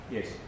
Yes